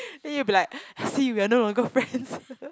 then if like see Venom got girlfriend